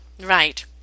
Right